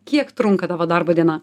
kiek trunka tavo darbo diena